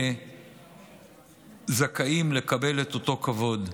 הם זכאים לקבל את אותו כבוד.